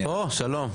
אוה, שלום.